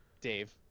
Dave